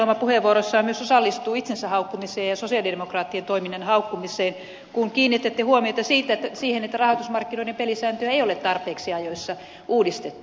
heinäluoma puheenvuoroissaan myös osallistuu itsensä haukkumiseen ja sosialidemokraattien toiminnan haukkumiseen kun kiinnititte huomiota siihen että rahoitusmarkkinoiden pelisääntöjä ei ole tarpeeksi ajoissa uudistettu